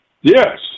Yes